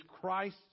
Christ